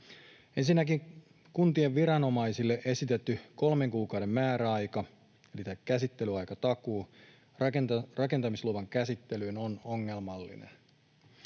Ensinnäkin kuntien viranomaisille esitetty kolmen kuukauden määräaika eli käsittelyaikatakuu rakentamisluvan käsittelyyn on ongelmallinen.